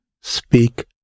speak